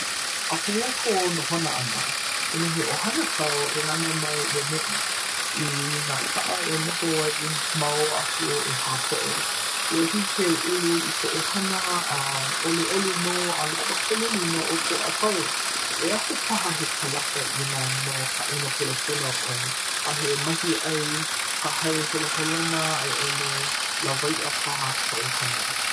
a, pehea kou nohona ʻana? inā he ʻohana kāu e nānā mai ʻia neʻi i nā kaʻa e noho ai ma ʻō aku ʻehā poʻe ua hiki ke ulu i kou ʻohana a ʻoluʻolu nō a lawa ka lumi no ʻoukou a pau e aho paha he kalaka inā no ka ʻāina hoʻopulapula ʻoe a he mahiʻai hahai holoholona a i ʻole lawaiʻa paha kāu hana.